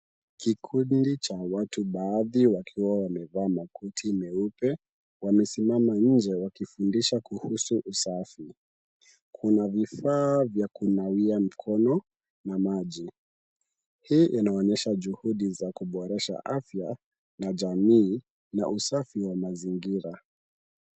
Kikundi cha watu, baadhi wakiwa wamevaa makoti meupe wamesimama nje wakifundisha kuhusu usafi. Kuna vifaa vya kunawia mikono na maji, hii inaonyesha juhudi za kuboresha afya na jamii na usafi wa mazingira.